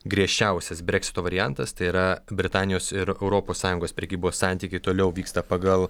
griežčiausias breksito variantas tai yra britanijos ir europos sąjungos prekybos santykiai toliau vyksta pagal